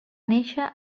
néixer